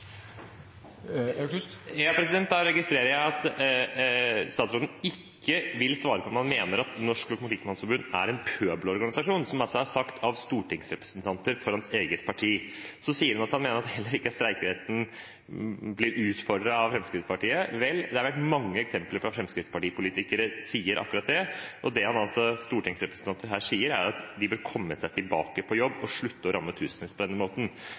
Jeg registrerer at statsråden ikke vil svare på om han mener at Norsk Lokomotivmannsforbund er en pøbelorganisasjon, noe som altså er sagt av stortingsrepresentanter fra hans eget parti. Så sier han at heller ikke streikeretten er blitt utfordret av Fremskrittspartiet. Vel, det er mange eksempler på at Fremskrittsparti-politikere sier akkurat det, og det stortingsrepresentanten her sier, er at de bør «komme seg tilbake på jobb og slutte å ramme tusenvis på denne måten».